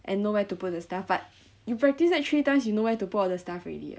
and know where to put the stuff but you practice like three times you know where to put all the stuff already [what]